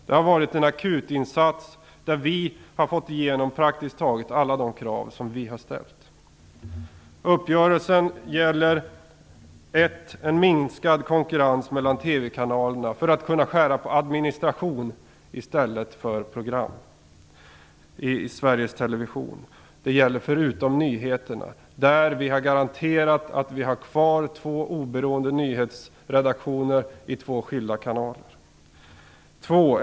Det har varit en akutinsats där vi har fått igenom praktiskt taget alla de krav som vi har ställt. 1. En minskad konkurrens mellan TV-kanalerna för att kunna skära i administrationen i stället för i programmen i Sveriges Television. Nyheterna är undantagna. Där har vi garanterat att vi har kvar två oberoende nyhetsredaktioner i två skilda kanaler.